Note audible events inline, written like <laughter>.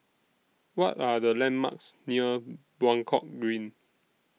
What Are The landmarks near <hesitation> Buangkok Green